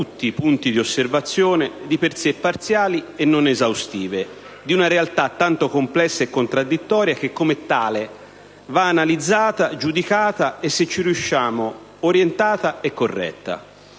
tutti i punti di osservazione, di per sé parziali e non esaustive di una realtà tanto complessa e contraddittoria, che come tale va analizzata, giudicata e, se ci riusciamo, orientata e corretta.